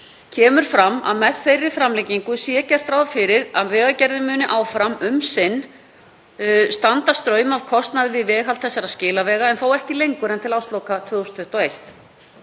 kemur fram að með þeirri framlengingu sé gert ráð fyrir að Vegagerðin muni áfram um sinn standa straum af kostnaði við veghald þessara skilavega en þó ekki lengur en til ársloka 2021.